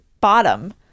bottom